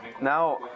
now